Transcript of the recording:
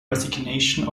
resignation